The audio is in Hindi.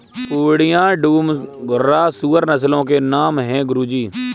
पूर्णिया, डूम, घुर्राह सूअर नस्लों के नाम है गुरु जी